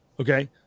okay